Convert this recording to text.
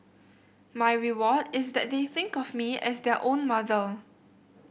my reward is that they think of me as their own mother